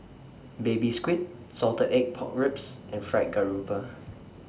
Baby Squid Salted Egg Pork Ribs and Fried Garoupa